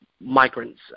migrants